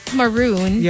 maroon